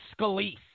Scalise